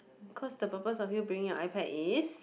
cause the purpose of you bringing your iPad is